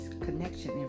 connection